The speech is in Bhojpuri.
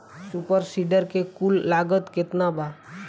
सुपर सीडर के कुल लागत केतना बा?